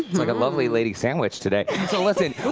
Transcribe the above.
like a lovely lady sandwich today.